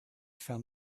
found